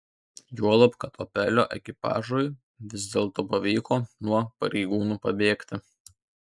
juolab kad opelio ekipažui vis dėlto pavyko nuo pareigūnų pabėgti